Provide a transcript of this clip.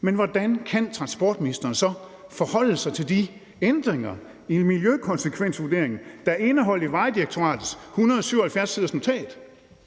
Men hvordan kan transportministeren så forholde sig til de ændringer i miljøkonsekvensvurderingen, der er indeholdt i Vejdirektoratets 177 siders notat,